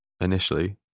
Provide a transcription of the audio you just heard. initially